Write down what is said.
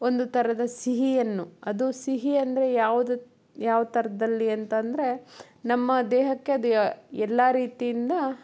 ಒಂದು ಥರದ ಸಿಹಿಯನ್ನು ಅದು ಸಿಹಿ ಅಂದರೆ ಯಾವುದು ಯಾವ ಥರದಲ್ಲಿ ಅಂತಂದರೆ ನಮ್ಮ ದೇಹಕ್ಕೆ ಅದು ಎಲ್ಲ ರೀತಿಯಿಂದ